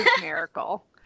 miracle